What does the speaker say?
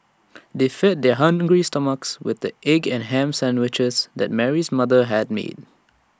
they fed their hungry stomachs with the egg and Ham Sandwiches that Mary's mother had made